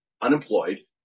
unemployed